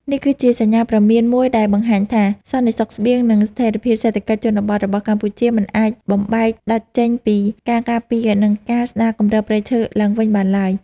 នេះគឺជាសញ្ញាព្រមានមួយដែលបង្ហាញថា សន្តិសុខស្បៀង និងស្ថិរភាពសេដ្ឋកិច្ចជនបទរបស់កម្ពុជា មិនអាចបំបែកដាច់ចេញពីការការពារ និងការស្ដារគម្របព្រៃឈើឡើងវិញបានឡើយ។